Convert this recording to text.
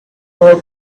hold